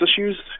issues